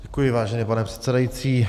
Děkuji, vážený pane předsedající.